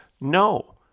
No